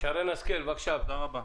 תודה רבה.